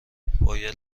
باید